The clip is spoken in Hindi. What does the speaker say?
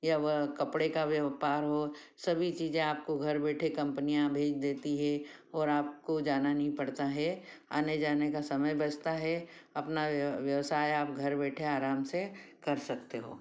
या वह कपड़े का व्यवपार हो सभी चीज़ें आपको घर बैठे कंपनिययाँ भेज देती हैं और आपको जाना नहीं पड़ता है आने जाने का समय बचता है अपना व्यवसाय आप घर बैठे आराम से कर सकते हो